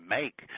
make